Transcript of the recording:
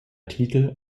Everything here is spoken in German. titel